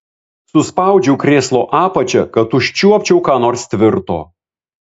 suspaudžiau krėslo apačią kad užčiuopčiau ką nors tvirto